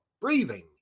breathing